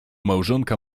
małżonka